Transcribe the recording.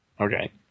Okay